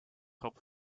top